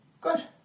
Good